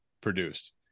produced